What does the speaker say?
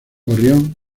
gorrión